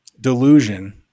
delusion